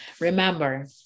Remember